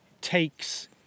takes